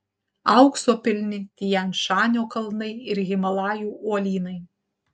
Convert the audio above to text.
aukso pilni tian šanio kalnai ir himalajų uolynai